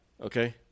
okay